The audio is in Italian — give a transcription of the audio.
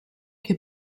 che